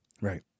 Right